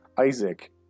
Isaac